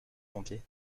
pompiers